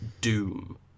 doom